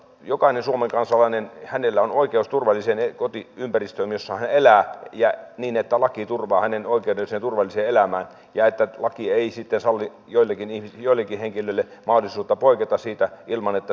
jokaisella suomen kansalaisella on oikeus turvalliseen kotiympäristöön jossa hän elää ja niin että laki turvaa hänelle oikeuden turvalliseen elämään ja että laki ei sitten salli joillekin henkilöille mahdollisuutta poiketa siitä ilman että seurausta tulee